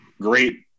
great